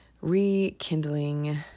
rekindling